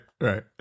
right